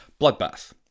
Bloodbath